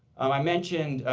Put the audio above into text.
um i mentioned,